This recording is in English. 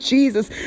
Jesus